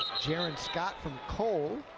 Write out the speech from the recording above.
jerren scott from cole.